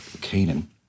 Canaan